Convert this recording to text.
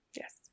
Yes